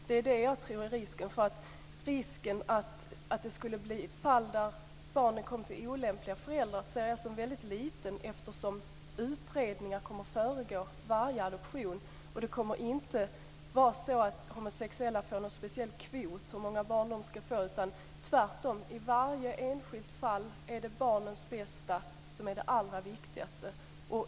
Det tror jag är den verkliga risken. Risken att det skulle bli fall där barnen kommer till olämpliga föräldrar ser jag som väldigt liten, eftersom utredningar kommer att föregå varje adoption. Det kommer inte att vara så att homosexuella får någon speciell kvot med hur många barn de ska få. Tvärtom. I varje enskilt fall är det barnets bästa som är det allra viktigaste.